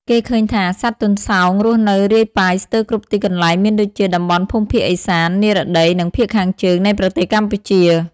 គេឃើញថា សត្វទន្សោងរស់នៅរាយប៉ាយស្ទើរគ្រប់ទីកន្លែងមានដូចជា តំបន់ភូមិភាគឦសាន និរតី និងភាគខាងជើង នៃប្រទេសកម្ពុជា។